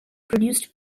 produced